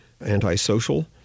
antisocial